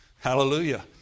Hallelujah